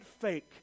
fake